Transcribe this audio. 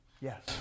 Yes